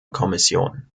kommission